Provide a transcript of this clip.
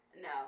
No